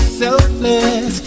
selfless